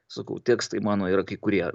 sakau tekstai mano yra kai kurie